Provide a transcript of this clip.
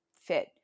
fit